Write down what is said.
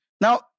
Now